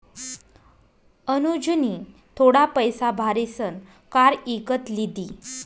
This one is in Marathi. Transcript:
अनुजनी थोडा पैसा भारीसन कार इकत लिदी